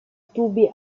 tubi